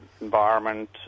environment